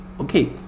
Okay